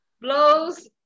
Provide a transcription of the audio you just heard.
blows